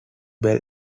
bell